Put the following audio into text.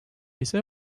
ise